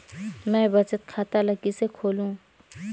मैं बचत खाता ल किसे खोलूं?